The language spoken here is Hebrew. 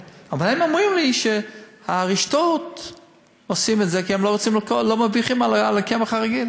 אבל הם אומרים לי שהרשתות עושות את זה כי הן לא מרוויחות על הקמח הרגיל.